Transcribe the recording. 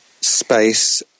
space